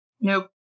Nope